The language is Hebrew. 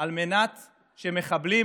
על מנת שמחבלים